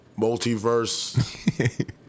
multiverse